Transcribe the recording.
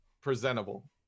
presentable